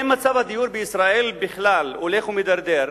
אם מצב הדיור בישראל בכלל הולך ומידרדר,